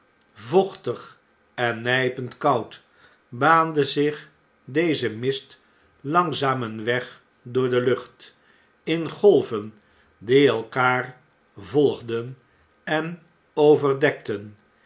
vochtig en njjpend koud baande zich deze mist langzaam een weg door de lucht in golven die elkaar volgden en overdekten